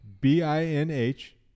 B-I-N-H